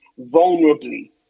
vulnerably